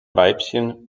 weibchen